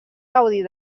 gaudit